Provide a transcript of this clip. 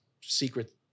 secret